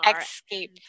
escape